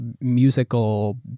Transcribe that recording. musical